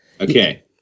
Okay